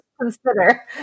consider